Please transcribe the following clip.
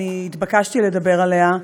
שהתבקשתי לדבר עליה,